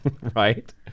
right